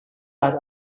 had